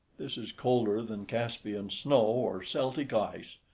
this is colder than caspian snow, or celtic ice.